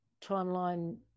timeline